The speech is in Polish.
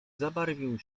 zabarwił